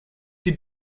die